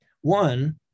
One